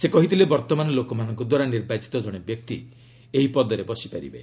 ସେ କହିଥିଲେ ବର୍ତ୍ତମାନ ଲୋକମାନଙ୍କଦ୍ୱାରା ନିର୍ବାଚିତ କଣେ ବ୍ୟକ୍ତି ଏହି ପଦରେ ବସିପାରିବେ